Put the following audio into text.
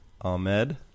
Ahmed